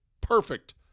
perfect